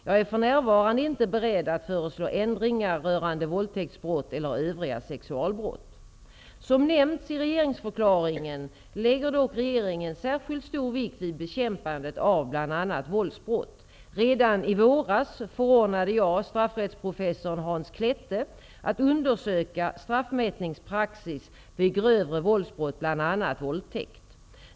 Jag är för närvarande inte beredd att föreslå ändringar rörande våldtäktsbrott eller övriga sexualbrott. Som nämnts i regeringsförklaringen lägger dock regeringen särskilt stor vikt vid bekämpandet av bl.a. våldsbrott. Redan i våras förordnade jag straffrättsprofessorn Hans Klette att undersöka straffmätningspraxis vid grövre våldsbrott, bl.a. våldtäkt.